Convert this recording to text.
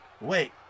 Wait